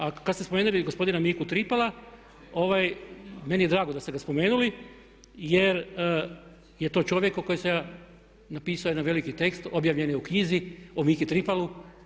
A kad ste spomenuli gospodina Miku Tripala meni je drago da ste ga spomenuli, jer je to čovjek o kojem sam ja napisao jedan veliki tekst, objavljen je u knjizi o Miki Tripalu.